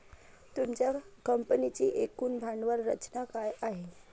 तुमच्या कंपनीची एकूण भांडवल रचना काय आहे?